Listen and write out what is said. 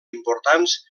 importants